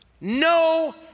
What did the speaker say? No